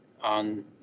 on